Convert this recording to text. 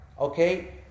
Okay